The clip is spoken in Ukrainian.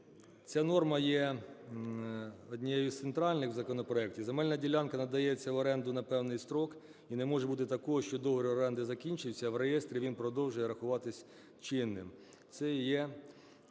Ця норма є однією з центральних в законопроекті. Земельна ділянка надається в оренду на певний строк і не може бути такого, що договір оренди закінчився, а в реєстрі він продовжує рахуватись чинним. Це є,